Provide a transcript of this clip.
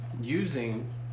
using